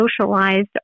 socialized